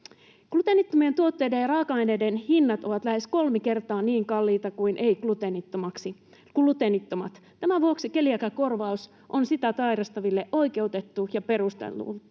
Gluteenittomien tuotteiden ja raaka-aineiden hinnat ovat lähes kolme kertaa niin kalliita kuin ei-gluteenittomien. Tämän vuoksi keliakiakorvaus on sitä sairastaville oikeutettu ja perusteltu.